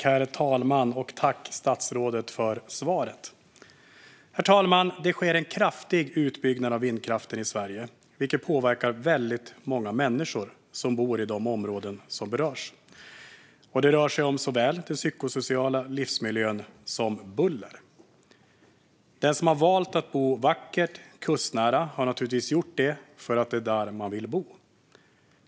Herr talman! Jag vill tacka statsrådet för svaret. Herr talman! Det sker en kraftig utbyggnad av vindkraften i Sverige, vilket påverkar väldigt många människor som bor i de berörda områdena. Det rör sig om såväl den psykosociala livsmiljön som buller. Den som har valt att bo vackert och kustnära har naturligtvis gjort det för att det är där man vill bo.